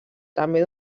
també